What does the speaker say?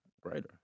greater